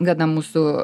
gana mūsų